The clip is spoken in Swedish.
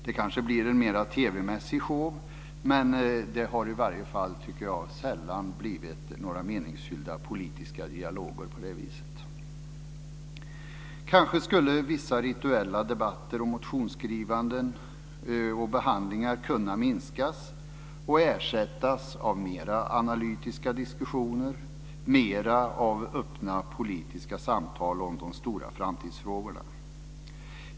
Det kanske blir en mer TV-mässig show. Men det har sällan blivit några meningsfyllda politiska dialoger på det viset. Kanske skulle vissa rituella debatter, motionsskrivande och behandlingar kunna minskas och ersättas av mer analytiska diskussioner och mer öppna politiska samtal om de stora framtidsfrågorna.